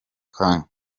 kanya